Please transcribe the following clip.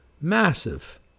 massive